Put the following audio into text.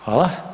Hvala.